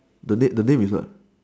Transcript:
the name is what